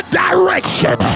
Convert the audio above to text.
direction